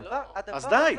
די.